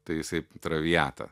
tai jisai traviatą